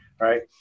Right